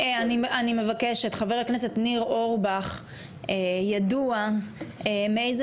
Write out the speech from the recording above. אני מבקשת חבר הכנסת ניר אורבך ידוע מאיזה